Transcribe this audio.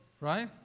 Right